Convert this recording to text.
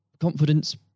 confidence